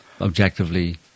objectively